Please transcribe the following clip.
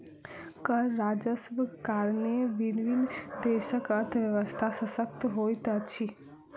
कर राजस्वक कारणेँ विभिन्न देशक अर्थव्यवस्था शशक्त होइत अछि